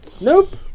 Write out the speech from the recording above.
Nope